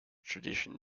tradition